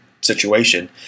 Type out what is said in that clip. situation